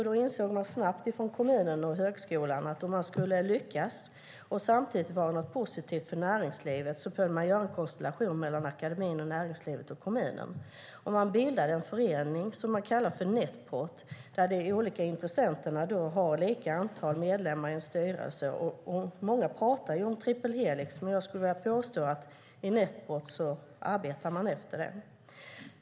Man insåg snabbt från kommunen och högskolan att om man skulle lyckas och samtidigt innebära något positivt för näringslivet behövde man göra en konstellation mellan akademin, näringslivet och kommunen. Man bildade en förening som man kallade Netport, där de olika intressenterna har lika antal medlemmar i en styrelse. Många pratar om triple helix, men jag skulle vilja påstå att i Netport så arbetar man efter den.